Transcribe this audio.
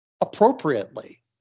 appropriately